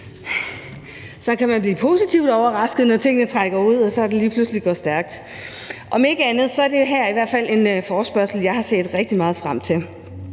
Så kan man blive positivt overrasket, når tingene trækker ud og det så lige pludselig går stærkt. Om ikke andet er det her i hvert fald en forespørgsel, jeg har set rigtig meget frem til,